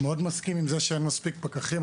שאין מספיק פקחים.